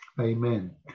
Amen